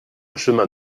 chemin